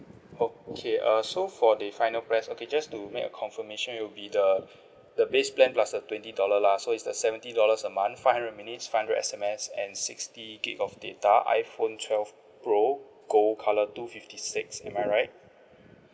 okay uh so for the final price okay just to make a confirmation it'll be the the base plan plus a twenty dollar lah so it's the seventy dollars a month five hundred minutes five hundred SMS and sixty gigabyte of data iPhone twelve pro gold colour two fifty six am I right